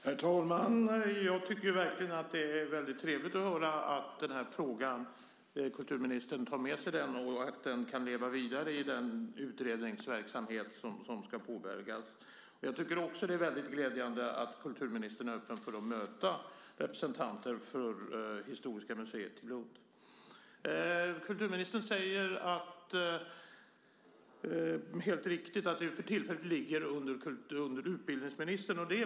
Herr talman! Jag tycker att det är trevligt att höra att kulturministern tar med sig den här frågan och att den ska tas med i den utredningsverksamhet som ska påbörjas. Det är också glädjande att kulturministern är öppen för att möta representanter för Historiska museet i Lund. Kulturministern säger helt riktigt att detta för närvarande ligger under utbildningsministern.